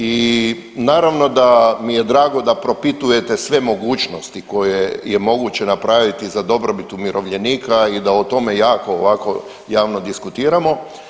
I naravno da mi je drago da propitujete sve mogućnosti koje je moguće napraviti za dobrobit umirovljenika i da o tome jako ovako javno diskutiramo.